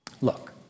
Look